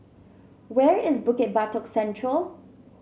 where is Bukit Batok Central